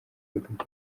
y’ibihugu